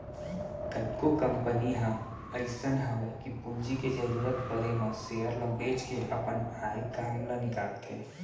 कतको कंपनी ह अइसन हवय कि पूंजी के जरूरत परे म सेयर ल बेंच के अपन आय काम ल निकालथे